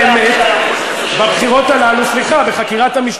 אם הוא לא מסית נגד המפלגה כל רבע שעה הוא לא יכול,